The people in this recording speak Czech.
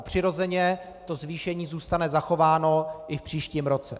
Přirozeně zvýšení zůstane zachováno i v příštím roce.